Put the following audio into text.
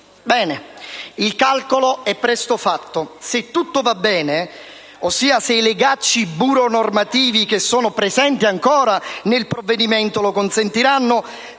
il calcolo è presto fatto: se tutto va bene, ossia se i legacci burocratico-normativi che sono presenti ancora nel provvedimento lo consentiranno,